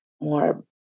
more